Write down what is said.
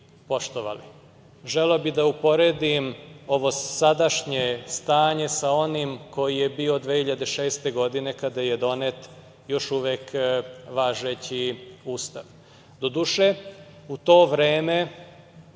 poštovali. Želeo bih da uporedim ovo sadašnje stanje sa onim koje je bilo 2006. godine, kada je donet još uvek važeći Ustav. Doduše, u to vreme